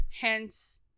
Hence